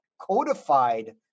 codified